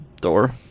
door